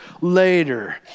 later